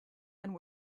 and